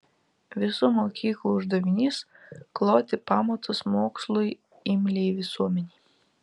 visų mokyklų uždavinys kloti pamatus mokslui imliai visuomenei